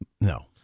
No